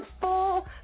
full